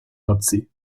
lotzi